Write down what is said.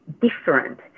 different